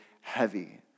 heavy